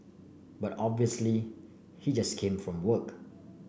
but obviously he just came from work